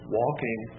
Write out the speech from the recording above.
walking